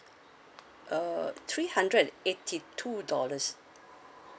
uh three hundred eighty two dollars